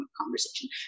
conversation